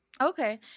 Okay